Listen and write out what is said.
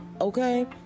okay